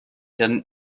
didn’t